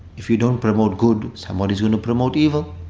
if you don't promote good, somebody's going to promote evil.